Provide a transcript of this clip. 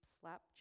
slap